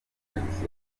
harmonize